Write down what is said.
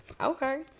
Okay